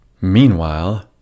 Meanwhile